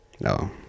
No